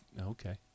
okay